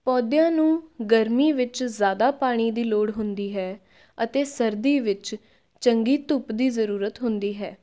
ਪੌਦਿਆਂ ਨੂੰ ਗਰਮੀ ਵਿੱਚ ਜ਼ਿਆਦਾ ਪਾਣੀ ਦੀ ਲੋੜ ਹੁੰਦੀ ਹੈ ਅਤੇ ਸਰਦੀ ਵਿੱਚ ਚੰਗੀ ਧੁੱਪ ਦੀ ਜ਼ਰੂਰਤ ਹੁੰਦੀ ਹੈ